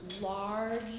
large